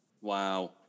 Wow